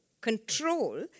control